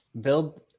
Build